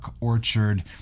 orchard